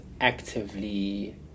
actively